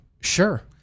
Sure